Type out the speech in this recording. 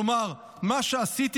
כלומר: מה שעשיתי,